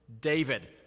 David